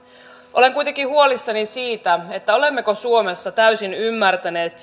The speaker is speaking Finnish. olen kuitenkin huolissani siitä siitä olemmeko suomessa täysin ymmärtäneet